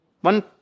one